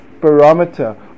barometer